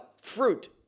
fruit